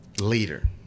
leader